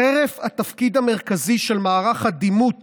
חרף התפקיד המרכזי של מערך הדימות